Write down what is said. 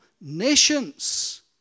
nations